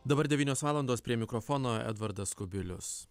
dabar devynios valandos prie mikrofono edvardas kubilius